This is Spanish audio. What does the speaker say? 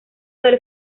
del